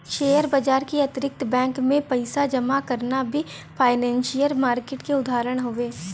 share बाजार के अतिरिक्त बैंक में पइसा जमा करना भी फाइनेंसियल मार्किट क उदाहरण हउवे